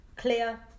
Clear